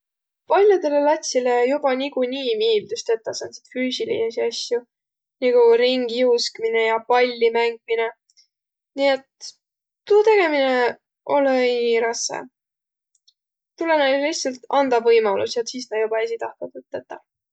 pall'odõlõ latsilõ niikuinii joba miildüs tetäq sääntsit füüsiliidsi asjo nigu ringijuuskminõ ja pallimängmine. Nii et tuu tegemine olõ-õiq rassõ. Tulõ näile lihtsält andaq võimalus ja sis nä joba esiq tahtvaq tuud tetäq.